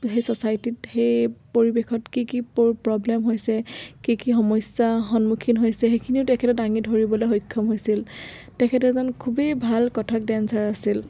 সেই চ'চাইটিত সেই পৰিৱেশত কি কি প প্ৰব্লেম হৈছে কি কি সমস্যা সন্মুখীন হৈছে সেইখিনিও তেখেত দাঙি ধৰিবলৈ সক্ষম হৈছিল তেখেতে এজন খুবেই ভাল কথক ডেঞ্চাৰ আছিল